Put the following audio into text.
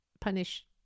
punish